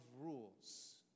rules